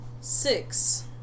six